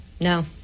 No